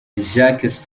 jacques